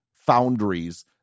foundries